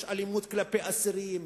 יש אלימות כלפי אסירים,